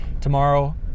tomorrow